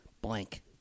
blank